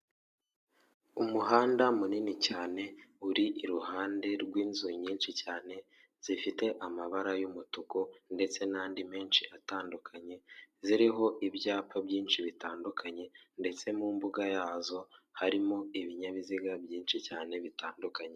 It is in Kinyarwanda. Umuhanda munini cyane uri iruhande rw'inzu nyinshi cyane, zifite amabara y'umutuku ndetse n'andi menshi atandukanye, ziriho ibyapa byinshi bitandukanye ndetse mu mbuga yazo harimo ibinyabiziga byinshi cyane bitandukanye.